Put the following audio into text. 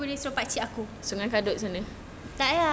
aku boleh suruh pakcik aku tak lah